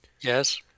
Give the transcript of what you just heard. yes